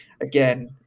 again